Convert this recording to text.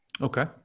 Okay